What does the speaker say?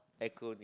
acronym